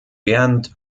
während